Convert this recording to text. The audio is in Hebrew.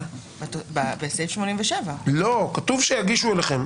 סעיף 87. לא, כתוב שיגישו אליכם.